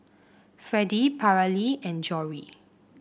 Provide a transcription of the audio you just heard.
Fredie Paralee and Jory